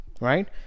Right